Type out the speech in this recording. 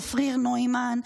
צפריר נוימן,